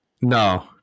No